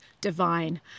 divine